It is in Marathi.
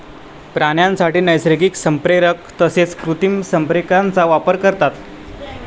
प्राण्यांसाठी नैसर्गिक संप्रेरक तसेच कृत्रिम संप्रेरकांचा वापर करतात